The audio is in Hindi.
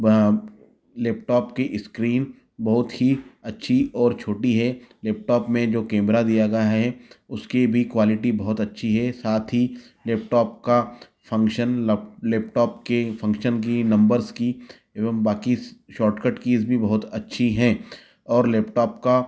वा लेपटॉप की इस्क्रीन बहुत ही अच्छी और छोटी है लेपटॉप में जो केमरा दिया गया है उसके भी क्वालिटी बहुत अच्छी है साथ ही लेपटॉप का फ़ंक्शन लेपटॉप के फ़ंक्शन की नंबर्स की एवं बाकी शॅाटकट कीज़ भी बहुत अच्छी हैं और लेपटॉप का